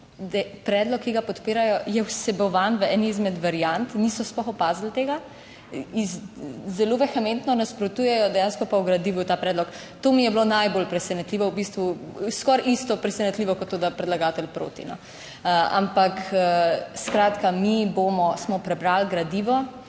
predlog, ki ga podpirajo je vsebovan v eni izmed variant, niso sploh opazili tega, zelo vehementno nasprotujejo, dejansko pa v gradivu ta predlog. To mi je bilo najbolj presenetljivo v bistvu, skoraj isto presenetljivo kot to, da predlagatelj proti. Ampak skratka, mi smo prebrali gradivo